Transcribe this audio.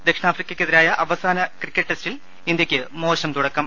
ദക്ഷിണാഫ്രിക്കക്കെതിരായ അവസാന ക്രിക്കറ്റ് ടെസ്റ്റിൽ ഇന്ത്യക്ക് മോശം തുടക്കം